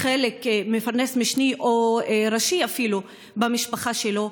מפרנס משני או אפילו ראשי במשפחה שלו,